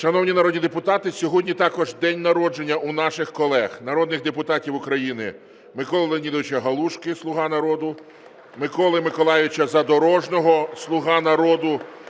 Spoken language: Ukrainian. Шановні народні депутати, сьогодні також день народження у наших колег народних депутатів України Миколи Леонідовича Галушки, "Слуга народу", Миколи Миколайовича Задорожнього, "Слуга народу",